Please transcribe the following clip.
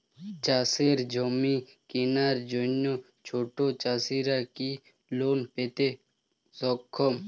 চাষের জমি কেনার জন্য ছোট চাষীরা কি লোন পেতে সক্ষম?